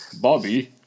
Bobby